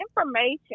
information